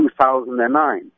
2009